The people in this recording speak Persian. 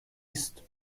است